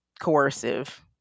coercive